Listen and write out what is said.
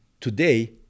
today